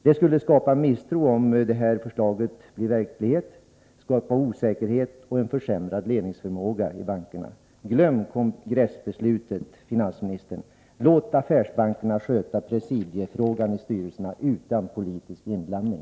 Om förslaget blev verklighet skulle detta skapa misstro. Det skulle skapa osäkerhet och försämrad ledningsförmåga i bankerna. Glöm kongressbeslutet, herr finansminister! Låt affärsbankerna sköta presidiefrågan i styrelserna utan politisk inblandning!